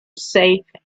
safe